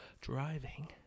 driving